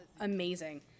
amazing